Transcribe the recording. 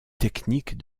techniques